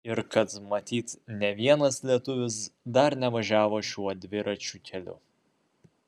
ir kad matyt nė vienas lietuvis dar nevažiavo šiuo dviračių keliu